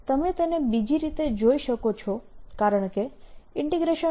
તમે તેને બીજી રીતે જોઈ શકો છો કારણકે ll